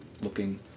looking